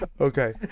Okay